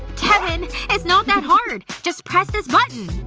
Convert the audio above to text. kevin. it's not that hard. just press this button